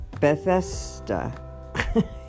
bethesda